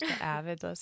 avid